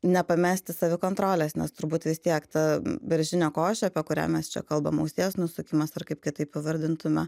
nepamesti savikontrolės nes turbūt vis tiek ta beržinė košė kurią mes čia kalbam ausies nusukimas ar kaip kitaip pavardintume